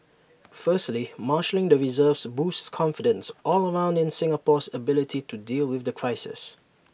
firstly marshalling the reserves boosts confidence all around in Singapore's ability to deal with the crisis